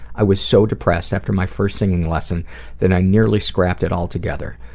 i was so depressed after my first singing lesson that i nearly scrapped it altogether.